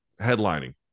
headlining